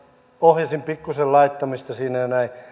ohjasin pikkuisen laittamista siinä ja näin kun